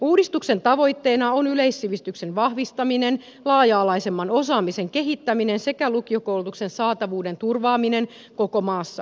uudistuksen tavoitteena on yleis sivistyksen vahvistaminen laaja alaisemman osaamisen kehittäminen sekä lukiokoulutuksen saatavuuden turvaaminen koko maassa